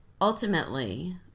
Ultimately